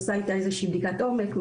עושה איתה איזה בדיקת עומק,